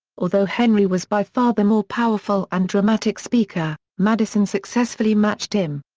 although henry was by far the more powerful and dramatic speaker, madison successfully matched him.